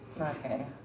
Okay